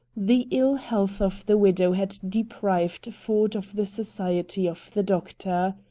the ill health of the widow had deprived ford of the society of the doctor.